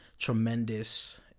tremendous